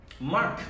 Mark